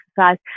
exercise